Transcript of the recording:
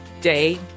day